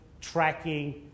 tracking